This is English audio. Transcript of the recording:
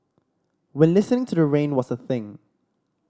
when listening to the rain was a thing